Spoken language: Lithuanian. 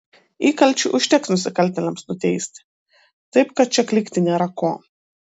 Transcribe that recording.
įkalčių užteks nusikaltėliams nuteisti taip kad čia klykti nėra ko